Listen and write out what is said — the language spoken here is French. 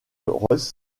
royce